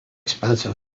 expensive